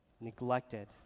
Neglected